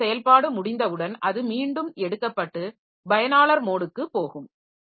print செயல்பாடு முடிந்தவுடன் அது மீண்டும் எடுக்கப்பட்டு பயனாளர் மோடுக்கு போகும்